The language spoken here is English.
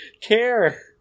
care